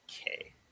okay